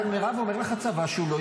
אבל, מירב, אומר לך הצבא שהוא לא יודע.